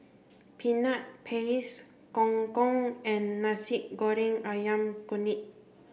peanut paste gong gong and Nasi Goreng Ayam Kunyit